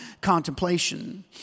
contemplation